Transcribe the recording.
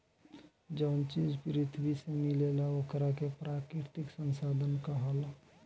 जवन चीज पृथ्वी से मिलेला ओकरा के प्राकृतिक संसाधन कहाला